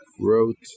wrote